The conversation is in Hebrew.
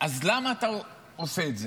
אז למה אתה עושה את זה?